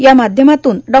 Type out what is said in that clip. या माध्यमातून डॉ